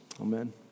Amen